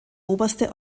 oberste